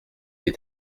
est